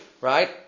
right